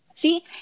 See